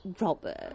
Robert